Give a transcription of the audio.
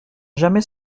jamais